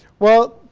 well,